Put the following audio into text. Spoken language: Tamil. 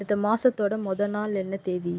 அடுத்த மாதத்தோட மொதல் நாள் என்ன தேதி